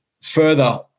further